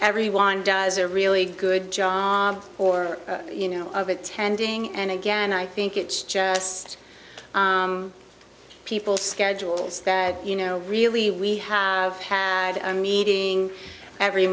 everyone does a really good job or you know of attending and again i think it's just people schedules that you know really we have had a meeting every